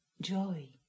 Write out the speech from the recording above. joy